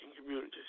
communities